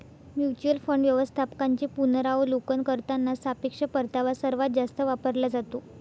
mutual fund व्यवस्थापकांचे पुनरावलोकन करताना सापेक्ष परतावा सर्वात जास्त वापरला जातो